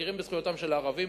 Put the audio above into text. מכירים בזכויותיהם של הערבים.